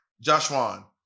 joshua